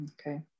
okay